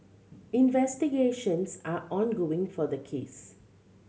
investigations are ongoing for the case